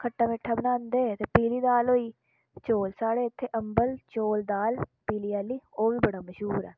खट्ठा मिट्ठा बनांदे ते पीली दाल होई चौल साढ़े इत्थे अम्बल चौल दाल पीली आह्ली ओह् बी बड़ा मश्हूर ऐ